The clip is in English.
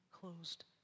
closed